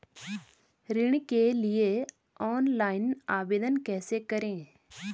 ऋण के लिए ऑनलाइन आवेदन कैसे करें?